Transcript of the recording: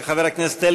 חברי הכנסת,